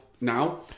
now